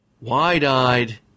wide-eyed